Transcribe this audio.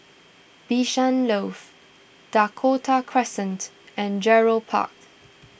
Bishan Loft Dakota Crescent and Gerald Park